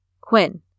Quinn